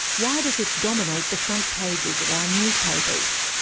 why does it dominate the front pages of our newspapers?